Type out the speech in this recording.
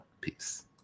Peace